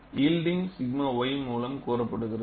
yielding 𝛔 y மூலம் கூறப்படுகிறது